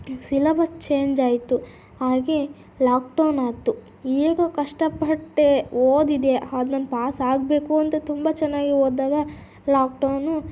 syllabus change ಆಯಿತು ಆಗಿ lockdown ಆಯಿತು ಹೇಗೋ ಕಷ್ಟಪಟ್ಟೆ ಓದಿದೆ ಆಗ ನಾನು ಪಾಸ್ ಆಗ್ಬೇಕು ಅಂತ ತುಂಬ ಚೆನ್ನಾಗಿ ಓದಿದಾಗ ಲಾಕ್ ಡೌನು